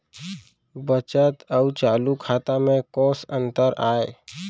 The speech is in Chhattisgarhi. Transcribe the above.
बचत अऊ चालू खाता में कोस अंतर आय?